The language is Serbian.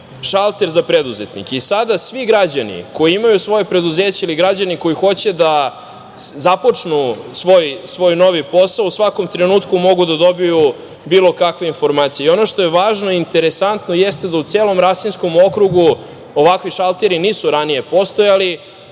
šalter za preduzetnike i sada svi građani koji imaju svoje preduzeće ili građani koji hoće da započnu svoj novi posao u svakom trenutku mogu da dobiju bilo kakve informacije. Ono što je važno i što je interesantno jeste da u celom Rasinskom okrugu ovakvi šalteri nisu ranije postojali